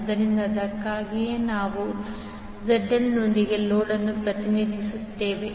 ಆದ್ದರಿಂದ ಅದಕ್ಕಾಗಿಯೇ ಇಲ್ಲಿ ನಾವು ZL ನೊಂದಿಗೆ ಲೋಡ್ ಅನ್ನು ಪ್ರತಿನಿಧಿಸುತ್ತಿದ್ದೇವೆ